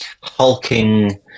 hulking